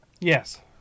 Yes